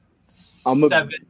seven